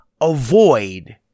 avoid